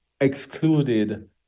excluded